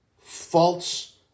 false